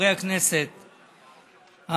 חברי הכנסת,